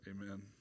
Amen